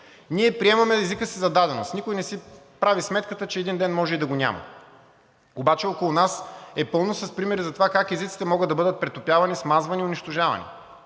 Ние приемаме езика си за даденост, никой не си прави сметката, че един ден може и да го няма, обаче около нас е пълно с примери за това как езиците могат да бъдат претопявани, смазвани, унищожавани.